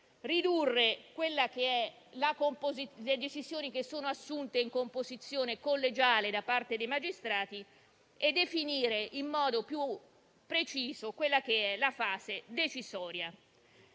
ridurre le decisioni assunte in composizione collegiale da parte dei magistrati e definire in modo più preciso la fase decisoria,